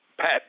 Pat